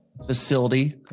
facility